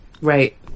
Right